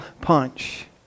punch